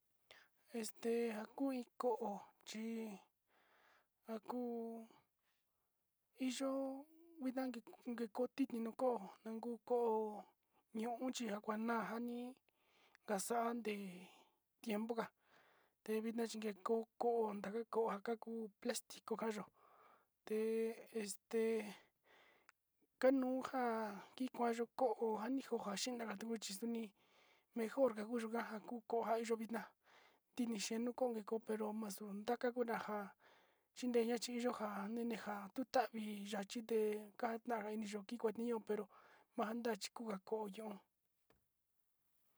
Este njakuu iin kóo, chí njakuu iyó inan kuiko kuini ni kóo kuu kóo ñóo chi njakuanua, ni'i kaxande tiempo nga tevitna chinen kóo, kóo njan kuu plastico yó té este kanunjan kikuayu ko'ó njanikua xhina'a katuu nuchixni mejor kakuna kóo kuu yuxvixna tiche nuu ko'o pero mas xundaka konanja chindeyo njané nenja tavi yachité kanjana tiyó tité nio pero manda chi kunga ko'ó yón.